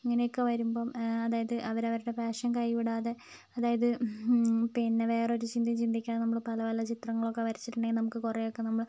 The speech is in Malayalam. അങ്ങനെയൊക്കെ വരുമ്പം അതായത് അവരവർടെ പാഷൻ കൈവിടാതെ അതായത് പിന്നെ വേറൊരു ചിന്തേം ചിന്തിക്കാതെ നമ്മൾ പല പല ചിത്രങ്ങളൊക്കെ വരച്ചിട്ടുണ്ടെങ്കിൽ നമുക്ക് കുറെയൊക്കെ നമ്മൾ